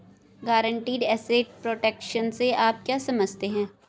Guaranteed asset protection से आप क्या समझते हैं?